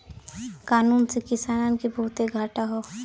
कानून से किसानन के बहुते घाटा हौ